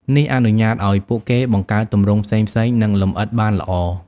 នេះអនុញ្ញាតឱ្យពួកគេបង្កើតទម្រង់ផ្សេងៗ និងលម្អិតបានល្អ។